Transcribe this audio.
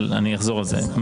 אבל אני אחזור על זה.